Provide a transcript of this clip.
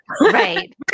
Right